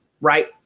right